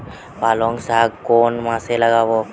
পালংশাক কোন মাসে লাগাব?